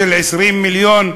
20 מיליון,